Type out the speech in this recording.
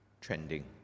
trending